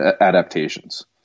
adaptations